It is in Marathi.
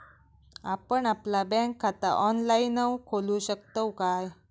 आपण आपला बँक खाता ऑनलाइनव खोलू शकतव काय?